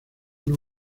uno